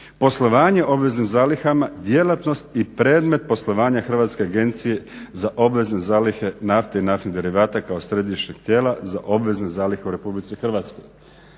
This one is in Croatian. poslovanje obveznim zalihama, djelatnost i predmet poslovanja Hrvatske agencije za obvezne zalihe nafte i naftnih derivata kao središnjeg tijela za obvezne zalihe u RH.